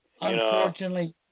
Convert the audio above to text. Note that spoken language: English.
Unfortunately